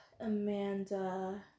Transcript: Amanda